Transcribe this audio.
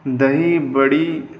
دہی بڑے